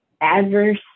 adverse